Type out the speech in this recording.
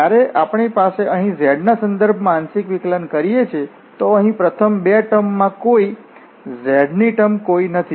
જ્યારે આપણે અહીં z ના સંદર્ભમાં આંશિક વિકલન કરીએ છીએ તો અહીં પ્રથમ બે ટર્મ માં કોઈ z ની કોઈ ટર્મ નથી